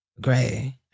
Gray